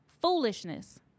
Foolishness